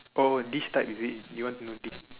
oh this type is it you want to do this